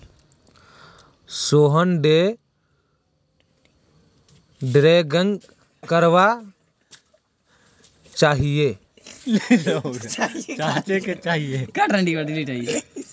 Sohan day trading करवा चाह्चे